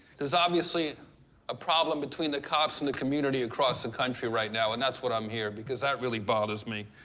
there's obviously a problem between the cops and the community across the country right now and that's what i'm here, because that really bothers me,